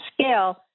scale